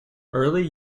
early